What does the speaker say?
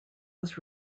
was